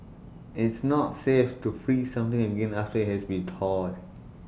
it's not safe to freeze something again after IT has been thawed